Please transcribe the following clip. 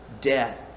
death